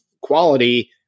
quality